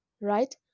right